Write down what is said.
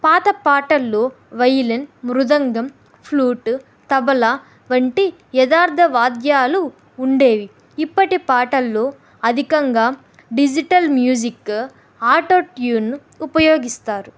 పాత పాటల్లో వయోలిన్ మృదంగం ఫ్లూట్ తబల వంటి యదార్థ వాద్యాలు ఉండేవి ఇప్పటి పాటల్లో అధికంగా డిజిటల్ మ్యూజిక్ ఆటోట్యూన్ను ఉపయోగిస్తారు